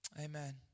Amen